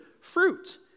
fruit